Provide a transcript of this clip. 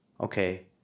okay